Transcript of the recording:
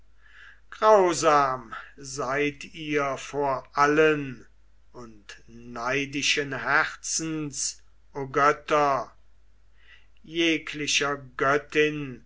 grausam seid ihr vor allen und neidischen herzens o götter jeglicher göttin